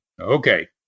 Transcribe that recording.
Okay